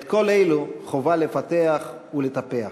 את כל אלו חובה לפתח ולטפח.